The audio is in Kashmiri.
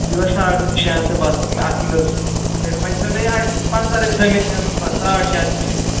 دِوہاس ساڑ شےٚ ہَتھ تہٕ بَس اَتھ منٛز وۄنۍ تھٲیِو مےٚ یِہے پَنٛژاہ رۄپیہِ تھٲیِو مےٚ دِن بَس ساڑ شیےٚ ہَتھ چھُ ٹھیٖک